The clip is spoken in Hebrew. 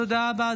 תודה רבה,